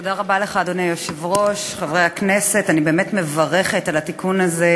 על חזרתו של עבריין מין לסביבת נפגע העבירה (תיקון מס' 3),